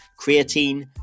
creatine